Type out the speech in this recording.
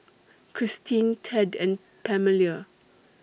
Kristin Ted and Pamelia